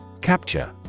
Capture